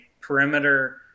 perimeter